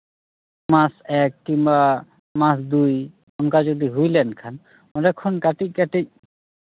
ᱢᱟᱥ ᱮᱠ ᱠᱤᱝᱵᱟ ᱢᱟᱥ ᱫᱩᱭ ᱚᱱᱠᱟ ᱡᱩᱫᱤ ᱦᱩ ᱞᱮᱱᱠᱷᱟᱱ ᱚᱸᱰᱮ ᱠᱷᱚᱱ ᱠᱟ ᱴᱤᱡ ᱠᱟ ᱴᱤᱡ